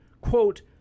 quote